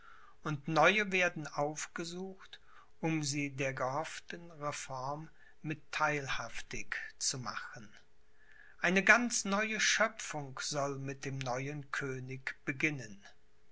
und neue werden aufgesucht um sie der gehofften reform mit theilhaftig zu machen eine ganz neue schöpfung soll mit dem neuen könig beginnen